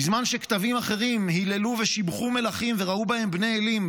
בזמן שכתבים אחרים היללו ושיבחו מלכים וראו בהם בני אלים,